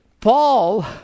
Paul